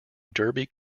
derby